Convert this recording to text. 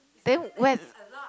then when